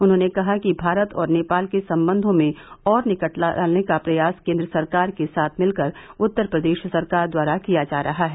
उन्होंने कहा कि भारत और नेपाल के संबंधों में और निकटता लाने का प्रयास केन्द्र सरकार के साथ मिलकर उत्तर प्रदेश सरकार द्वारा किया जा रहा है